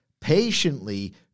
patiently